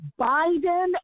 Biden